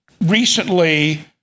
recently